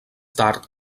tard